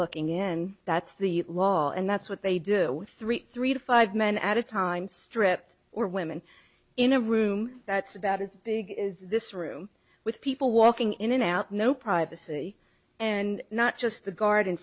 looking in that's the law and that's what they do with three three to five men at a time stripped or women in a room that's about as big as this room with people walking in and out no privacy and not just the guard